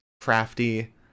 crafty